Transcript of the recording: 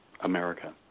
America